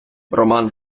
роман